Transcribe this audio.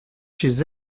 chez